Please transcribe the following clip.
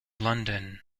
london